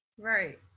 Right